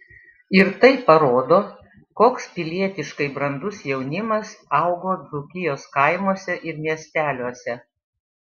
ir tai parodo koks pilietiškai brandus jaunimas augo dzūkijos kaimuose ir miesteliuose